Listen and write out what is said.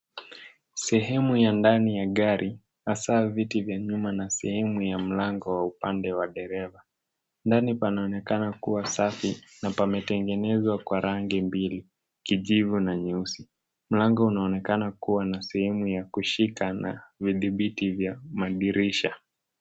Sehemu ya ndani ya gari hasa viti vya nyuma na sehemu ya mlango wa upande wa dereva. Ndani panaonekana kuwa safi na pametengenezwa kwa rangi mbili, kijivu na nyeusi. Mlango unaonekana kuwa na sehemu ya kushika na vidhibiti vya madirisha.